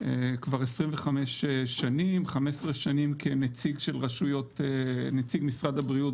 כבר 25 שנים: 15 שנים כנציג משרד הבריאות